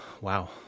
Wow